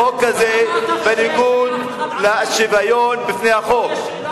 החוק הזה בניגוד לשוויון בפני החוק,